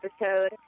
episode